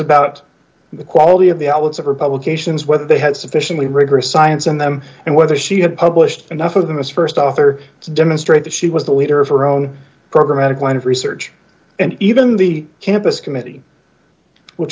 about the quality of the outlets of her publications whether they had sufficiently rigorous science in them and whether she had published enough of them as st author to demonstrate that she was the leader of her own programatic line of research and even the campus committee which